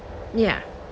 yeah